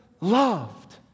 loved